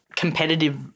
competitive